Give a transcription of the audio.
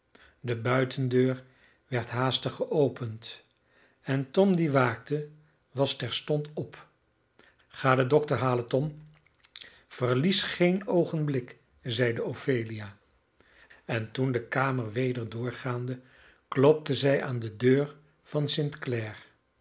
de buitendeur werd haastig geopend en tom die waakte was terstond op ga den dokter halen tom verlies geen oogenblik zeide ophelia en toen de kamer weder doorgaande klopte zij aan de deur van